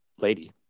lady